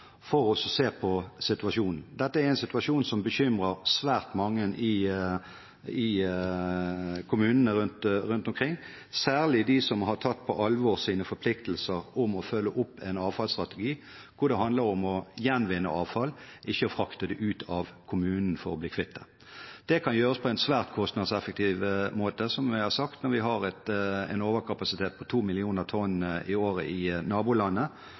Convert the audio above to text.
for å se på situasjonen. Dette er en situasjon som bekymrer svært mange i kommunene rundt omkring, særlig de som har tatt på alvor sine forpliktelser om å følge opp en avfallsstrategi hvor det handler om å gjenvinne avfall, ikke å frakte det ut av kommunen for å bli kvitt det. Det kan gjøres på en svært kostnadseffektiv måte – som jeg har sagt – når vi har en overkapasitet på to millioner tonn i året i nabolandet,